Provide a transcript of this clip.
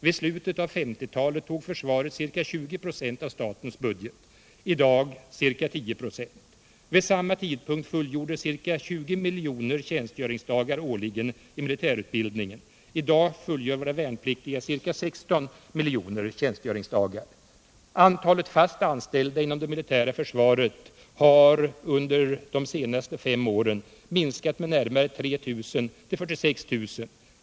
Vid slutet av 1950-talet tog försvaret ca 20 96 av statens budget men i dag ca 10 96. Vid samma tidpunkt fullgjordes ca 20 miljoner tjänstgöringsdagar årligen i militärutbildningen. I dag fullgör våra värnpliktiga ca 16 miljoner tjänstgöringsdagar. Antalet fast anställda inom det militära försvaret har under de senaste fem åren minskat med närmare 3 000 till ca 46 000.